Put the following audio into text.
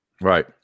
Right